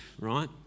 right